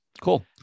cool